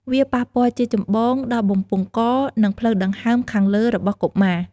វាប៉ះពាល់ជាចម្បងដល់បំពង់ក និងផ្លូវដង្ហើមខាងលើរបស់កុមារ។